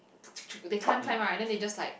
they can't climb right then they just like